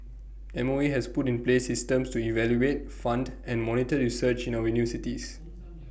M O E has put in place systems to evaluate fund and monitor research in our